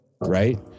right